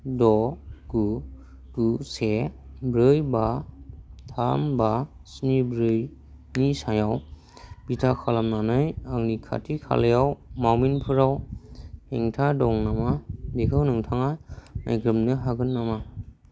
द गु गु से ब्रै बा थाम बा स्नि ब्रैनि सायाव बिथा खालामनानै आंनि खाथि खालायाव मावमिनफोराव हेंथा दङ नामा बेखौ नोंथाङा नायग्रोमनो हागोन नामा